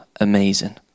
amazing